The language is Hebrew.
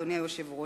אדוני היושב-ראש,